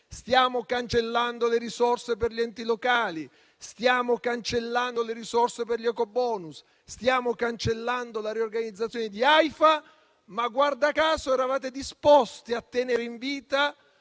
stiamo cancellando le risorse per gli enti locali; stiamo cancellando le risorse per gli ecobonus; stiamo cancellando la riorganizzazione di Aifa, ma - guarda caso - eravate disposti a tenere in vita